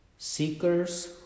Seekers